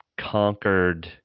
conquered